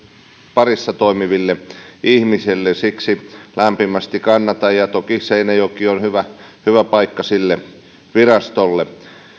parissa toimiville ihmisille siksi lämpimästi sitä kannatan ja toki seinäjoki on hyvä paikka sille virastolle